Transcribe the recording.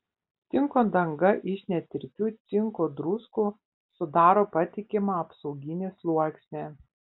cinko danga iš netirpių cinko druskų sudaro patikimą apsauginį sluoksnį